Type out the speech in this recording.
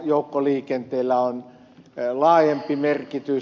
joukkoliikenteellä on laajempi merkitys